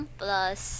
plus